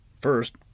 first